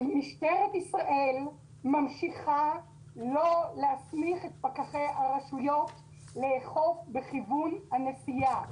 משטרת ישראל ממשיכה לא להסמיך את פקחי הרשויות לאכוף בכיוון הנסיעה.